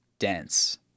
dense